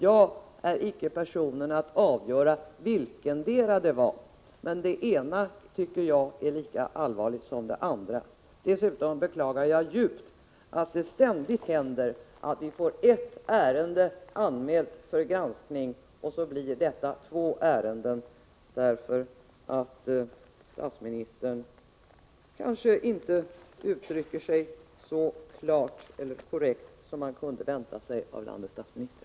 Jag är icke som person i stånd att avgöra vilketdera det var, men det ena tycker jag är lika allvarligt som det andra. Dessutom beklagar jag djupt att det ständigt händer att vi får ert ärende anmält för granskning, och så blir det två ärenden, därför att statsministern kanske inte uttrycker sig så klart eller korrekt som man kunde vänta sig av landets statsminister.